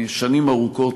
שנים ארוכות,